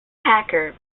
hacker